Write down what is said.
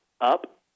up